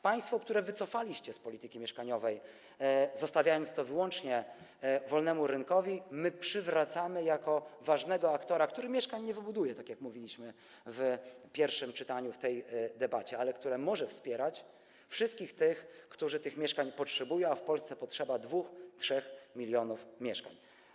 Państwo, które wycofaliście z polityki mieszkaniowej, zostawiając to wyłącznie wolnemu rynkowi, my przywracamy jako ważnego aktora, który mieszkań nie wybuduje, tak jak mówiliśmy w pierwszym czytaniu, w tej debacie, ale może wspierać wszystkich tych, którzy tych mieszkań potrzebują, a w Polsce potrzeba 2–3 mln mieszkań.